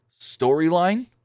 storyline